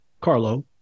Carlo